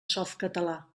softcatalà